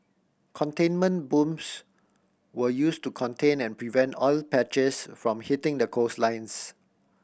containment booms were used to contain and prevent oil patches from hitting the coastlines